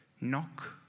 knock